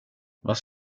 vad